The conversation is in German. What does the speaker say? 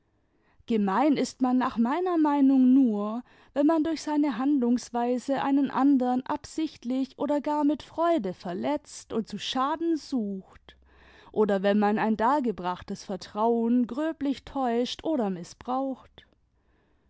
gemein ist man nach meiner meinimg nur wenn man durch seine handlungsweise einen andern absichtlich oder gar mit freude verletzt imd zu schaden sucht oder wenn man ein dargebrachtes vertrauen gröblich täuscht oder